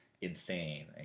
Insane